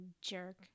jerk